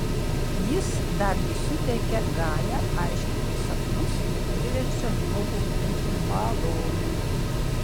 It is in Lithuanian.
jis dargi suteikia galią aiškinti sapnus ir priverčia žmogų būti malonų